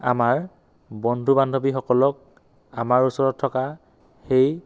আমাৰ বন্ধু বান্ধৱীসকলক আমাৰ ওচৰত থকা সেই